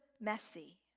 messy